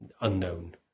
unknown